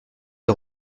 les